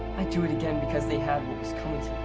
i'd do it again because they had what